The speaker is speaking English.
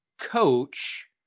coach